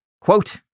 Quote